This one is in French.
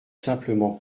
simplement